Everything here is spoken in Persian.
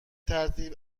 ترتیب